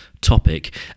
topic